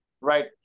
right